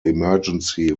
emergency